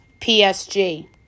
PSG